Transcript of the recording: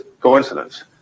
coincidence